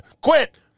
Quit